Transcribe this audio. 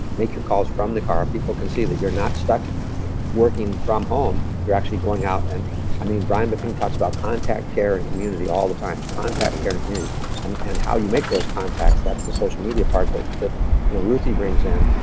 make your calls from the car. people can see that you're not stuck working from home. you're actually going out and i mean, brian buffini talks about contact care and community all the time. contact care and community. and and how you make those contacts, that's the social media part that that you know ruthie brings in,